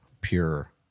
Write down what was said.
pure